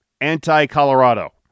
Anti-Colorado